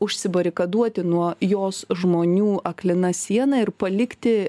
užsibarikaduoti nuo jos žmonių aklina siena ir palikti